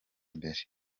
imbere